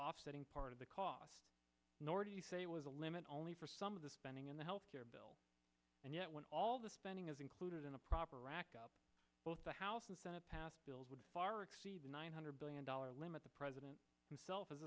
offsetting part of the cost nor do you say it was a limit only for some of the spending in the health care bill and yet when all the spending is included in a proper both the house and senate passed bills would far exceed nine hundred billion dollar limit the president himself